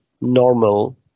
normal